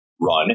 run